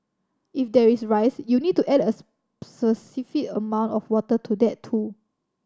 if there is rice you'll need to add a specific amount of water to that too